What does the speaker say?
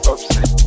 Upset